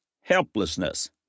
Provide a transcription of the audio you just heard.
helplessness